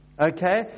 Okay